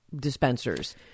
dispensers